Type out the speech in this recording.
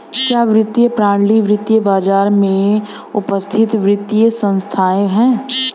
क्या वित्तीय प्रणाली वित्तीय बाजार में उपस्थित वित्तीय संस्थाएं है?